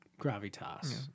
gravitas